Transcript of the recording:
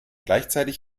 gleichzeitig